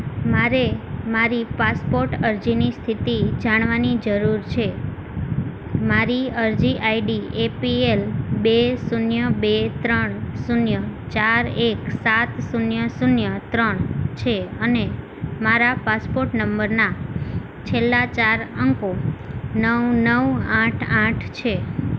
મારે મારી પાસપોર્ટ અરજીની સ્થિતિ જાણવાની જરૂર છે મારી અરજી આઈડી એપીએલ બે શૂન્ય બે ત્રણ શૂન્ય ચાર એક સાત શૂન્ય શૂન્ય ત્રણ છે અને મારા પાસપોર્ટ નંબરના છેલ્લાં ચાર અંકો નવ નવ આઠ આઠ છે